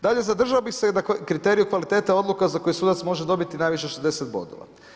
Dalje, zadržao bi se na kriteriju kvalitete odluka koje sudac može dobiti najviše 60 bodova.